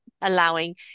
allowing